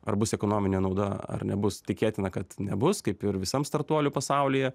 ar bus ekonominė nauda ar nebus tikėtina kad nebus kaip ir visam startuolių pasaulyje